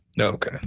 Okay